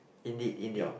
indeed indeed